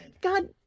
God